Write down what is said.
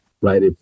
right